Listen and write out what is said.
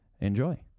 Enjoy